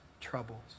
troubles